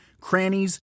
crannies